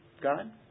God